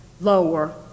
lower